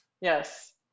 Yes